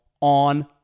on